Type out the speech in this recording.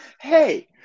Hey